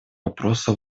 вопросу